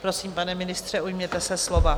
Prosím, pane ministře, ujměte se slova.